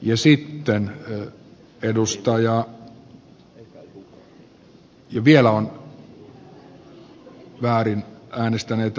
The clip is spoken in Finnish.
ja vielä on väärin äänestäneitä